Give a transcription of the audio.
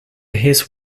his